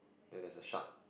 then there is a shark